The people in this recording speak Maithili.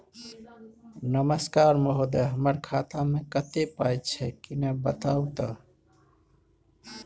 नमस्कार महोदय, हमर खाता मे कत्ते पाई छै किन्ने बताऊ त?